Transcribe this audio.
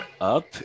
up